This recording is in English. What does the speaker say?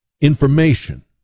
information